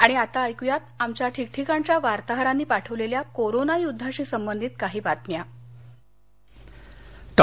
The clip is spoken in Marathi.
आणि आता आमच्या ठिकठिकाणच्या वार्ताहरांनी पाठवलेल्या कोरोना युद्धाशी संबंधित काही बातम्या थोडक्यात